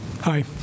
Hi